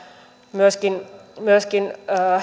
myöskin myöskin